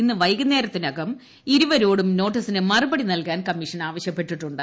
ഇന്ന് വൈകുന്നേരത്തിനകം ഇരുവരോടും നോട്ടീസിന് മറുപടി നൽകാൻ കമ്മീഷൻ ആവശ്യപ്പെട്ടിട്ടുണ്ട്